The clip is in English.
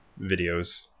videos